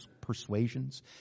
persuasions